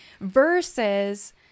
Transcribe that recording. Versus